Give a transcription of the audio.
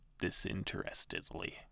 disinterestedly